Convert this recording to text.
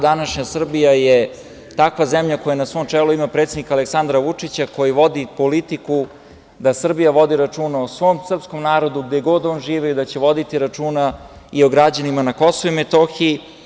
Današnja Srbija je takva zemlja koja na svom čelu predsednika Aleksandra Vučića koji vodi politiku da Srbija vodi računa o svom srpskom narodu gde god on živeo i da će voditi računa i o građanima na KiM.